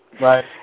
Right